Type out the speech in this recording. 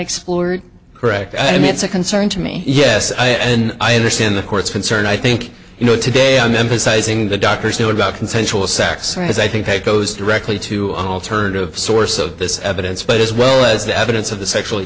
explored correct i mean it's a concern to me yes i mean i understand the court's concern i think you know today i'm emphasizing the doctors knew about consensual sex because i think it goes directly to alternative sources of this evidence but as well as the evidence of the sexually